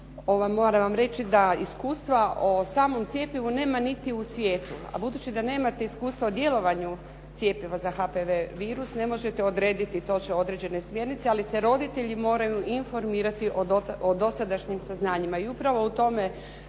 moram vam reći da iskustva o samom cjepivu nema niti u svijetu. A budući da nemate iskustva o djelovanju cjepiva za HPV virus, ne možete odrediti točno određene smjernice ali se roditelji moraju informirati od dosadašnjim saznanjima. I upravo u tome